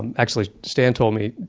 and actually, stan told me,